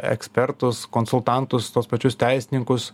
ekspertus konsultantus tuos pačius teisininkus